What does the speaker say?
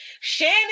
shannon